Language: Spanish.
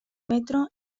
metro